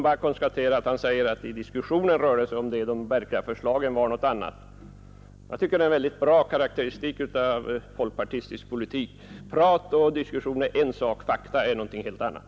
Jag noterar herr Ångströms yttrande och tycker att det är en väldigt bra karakteristik av folkpartistisk politik: prat och diskussion är en sak, fakta är någonting helt annat.